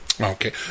Okay